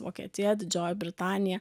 vokietija didžioji britanija